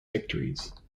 victories